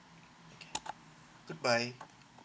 good bye